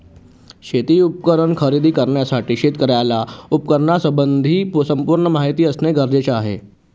शेती उपकरण खरेदी करण्यासाठी शेतकऱ्याला उपकरणासंबंधी संपूर्ण माहिती असणे गरजेचे आहे